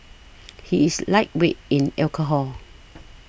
he is lightweight in alcohol